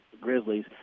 Grizzlies